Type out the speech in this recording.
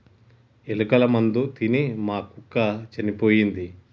ఎలుకల మందు తిని మా కుక్క చనిపోయింది